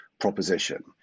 proposition